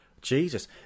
Jesus